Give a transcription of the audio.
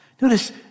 Notice